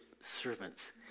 servants